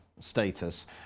status